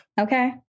Okay